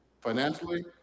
financially